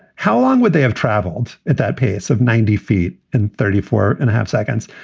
how long would they have traveled at that pace of ninety feet and thirty four and a half seconds?